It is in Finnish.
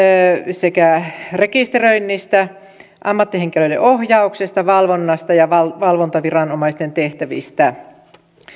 sekä rekisteröinnistä ammattihenkilöiden ohjauksesta valvonnasta ja valvontaviranomaisten tehtävistä